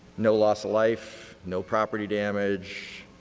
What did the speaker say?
no loss of life, no property damage,